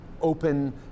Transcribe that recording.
open